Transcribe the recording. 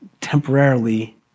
temporarily